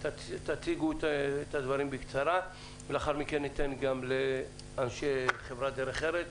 תציגו את הדברים בקצרה ולאחר מכן ניתן גם לאנשי חברת דרך ארץ,